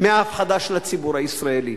מההפחדה של הציבור הישראלי.